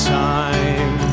time